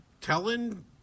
telling